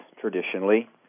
traditionally